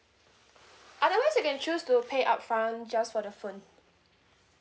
otherwise you can choose to pay upfront just for the phone